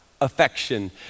affection